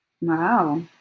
Wow